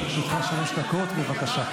מרגי נשאר לשמור עליכם.